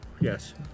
Yes